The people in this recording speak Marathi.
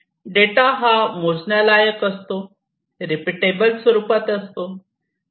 डेटा हा मोजण्या लायक असतो रिपीटटेबल स्वरूपात असतो तसेच वापरण्यायोग्य असतो